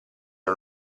una